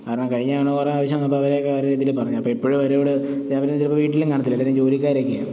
കാരണം കഴിഞ്ഞ തവണ കു റേ ആവശ്യം വന്നപ്പോൾ അവരെക്കെ ഓരോ ഇതിൽ പറഞ്ഞു അപ്പം ഇപ്പോഴും അവരോട് പിന്നെ അവരൊന്നും ചിലപ്പോൾ വീട്ടിലും കാണാത്തില്ല എല്ലാവരും ജോലിക്കാരൊക്കെയാണ്